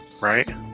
right